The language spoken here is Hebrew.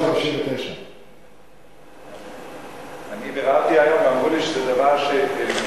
1959. אני ביררתי היום ואמרו לי שזה דבר שנכנס